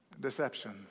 Deception